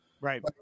Right